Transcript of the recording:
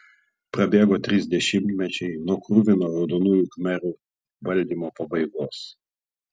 prabėgo trys dešimtmečiai nuo kruvino raudonųjų khmerų valdymo pabaigos